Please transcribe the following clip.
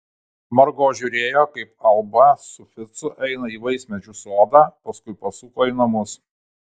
margo žiūrėjo kaip alba su ficu eina į vaismedžių sodą paskui pasuko į namus